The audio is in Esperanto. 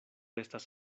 estas